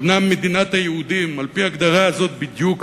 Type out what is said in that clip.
היא אומנם מדינת היהודים על-פי ההגדרה הזאת בדיוק,